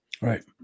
Right